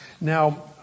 Now